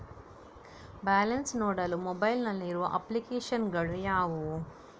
Balance ನೋಡಲು mobile ನಲ್ಲಿ ಇರುವ ಅಪ್ಲಿಕೇಶನ್ ಗಳು ಯಾವುವು?